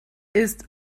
ist